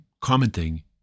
commenting